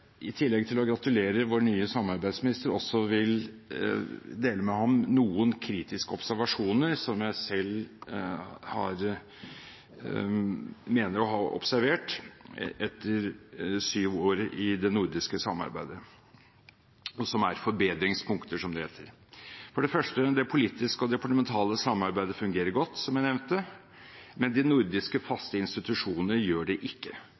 i tillegg til å gratulere vår nye samarbeidsminister, også vil dele med ham noen kritiske observasjoner som jeg selv mener å ha observert etter syv år i det nordiske samarbeidet, og som er forbedringspunkter, som det heter. For det første: Det politiske og det departementale samarbeidet fungerer godt, som jeg nevnte, men de nordiske faste institusjonene gjør det ikke.